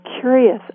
curious